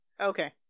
Okay